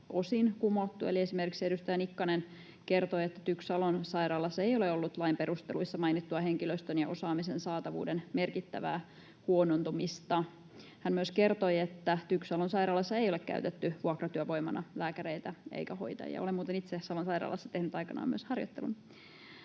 osin kumottu. Eli esimerkiksi edustaja Nikkanen kertoi, että TYKS Salon sairaalassa ei ole ollut lain perusteluissa mainittua henkilöstön ja osaamisen saatavuuden merkittävää huonontumista. Hän myös kertoi, että TYKS Salon sairaalassa ei ole käytetty vuokratyövoimana lääkäreitä eikä hoitajia. Olen muuten itse Salon sairaalassa tehnyt aikoinaan myös harjoittelun.